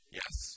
yes